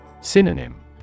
Synonym